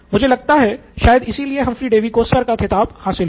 मुझे लगता है शायद इसलिए हम्फ्री डेवी को सर का खिताब हासिल हुआ